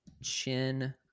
Chin